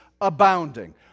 abounding